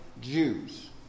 Jews